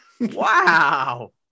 Wow